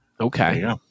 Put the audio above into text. Okay